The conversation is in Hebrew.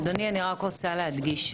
אדוני, אני רק רוצה להדגיש.